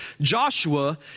Joshua